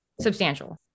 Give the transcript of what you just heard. substantial